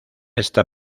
está